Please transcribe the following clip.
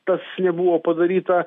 tas nebuvo padaryta